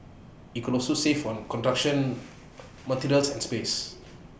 IT could also save on construction materials and space